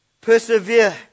Persevere